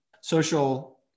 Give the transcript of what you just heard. social